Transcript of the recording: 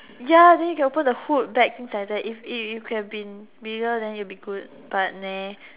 ya then you can open the hood back things like that if if it could have been bigger then it will be good but nah